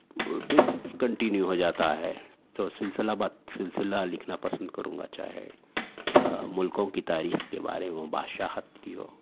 discontinue ہو جاتا ہے تو سلسلہ بہ سلسلہ لکھنا پسند کروں گا چاہے ملکوں کی تاریخ کے بارے میں بادشاہت کی ہو